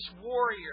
warrior